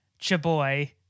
Chaboy